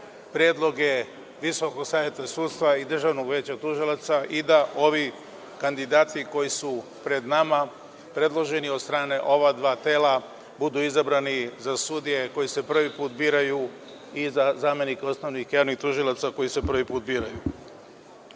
predloge Visokog saveta sudstva i Državnog veća tužilaca i da ovi kandidati, koji su pred nama predloženi od strane ova dva tela, budu izabrani za sudije koji se prvi put biraju i za zamenik osnovnih javnih tužilaca koji se prvi put biraju. Kao